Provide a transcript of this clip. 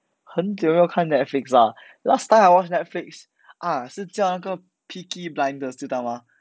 很久没有看 Netflix lah last time I watched Netflix ah 是叫那个 peaky blinders 知道吗